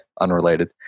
unrelated